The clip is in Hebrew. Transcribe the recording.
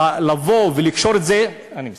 לבוא ולקשור את זה, אני מסיים,